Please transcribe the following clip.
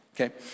okay